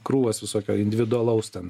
krūvas visokio individualaus ten